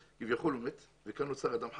כביכול הוא מת ונוצר אדם חדש,